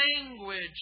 language